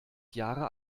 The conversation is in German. jahre